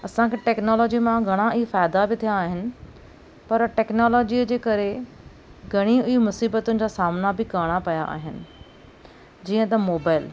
असांखे टेक्नोलॉजी मां घणा ई फ़ाइदा बि थिया आहिनि पर टेक्नोलॉजीअ जे करे घणियूं ई मुसीबतुनि जा सामिना बि करणा पिया आहिनि जीअं त मोबाइल